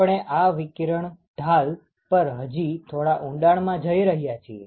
આપણે આ વિકિરણ ઢાલ પર હજી થોડા ઊંડાણમાં જઈ રહ્યા છીએ